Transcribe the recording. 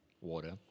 water